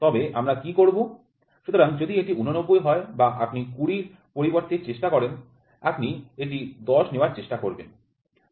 সুতরাং যদি এটি ৮৯ হয় বা আপনি ২০ এর পরিবর্তে চেষ্টা করেন আপনি একটি ১০ নেওয়ার চেষ্টা করবেন